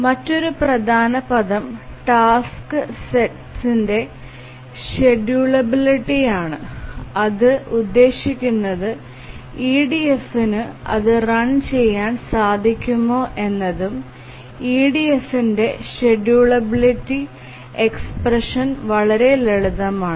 മാതൊരു പ്രധാന പദം ടാസ്ക് സെറ്റ്ഇന്ടെ ഷേഡ്യൂളബിലിറ്റി ആണ് അതു ഉദേശിക്കുന്നത് EDF നു അതു റൺ ചെയാൻ സാധിക്കുമോ എന്നതും EDF ന്ടെ ഷേഡ്യൂളബിലിറ്റി എക്സ്പ്രെഷൻ വളരെ ലളിതമാണ്